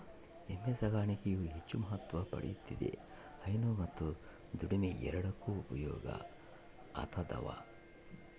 ಎಮ್ಮೆ ಸಾಕಾಣಿಕೆಯು ಹೆಚ್ಚು ಮಹತ್ವ ಪಡೆಯುತ್ತಿದೆ ಹೈನು ಮತ್ತು ದುಡಿಮೆ ಎರಡಕ್ಕೂ ಉಪಯೋಗ ಆತದವ